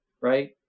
right